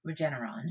Regeneron